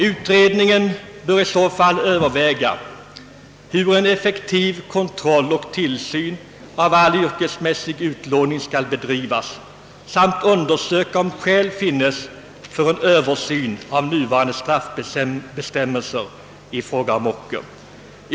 Denna bör i så fall överväga hur en effektiv kontroll och tillsyn av all yrkesmässig utlåning skall bedrivas samt undersöka om skäl finns för en översyn av nuvarande straffbestämmelser i fråga om ocker.